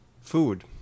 Food